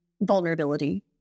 vulnerability